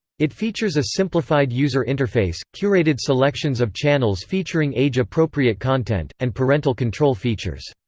it features a simplified user interface, curated selections of channels featuring age-appropriate content, and parental control features.